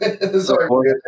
Sorry